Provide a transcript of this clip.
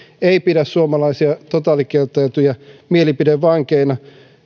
ei pidä suomalaisia totaalikieltäytyjiä mielipidevankeina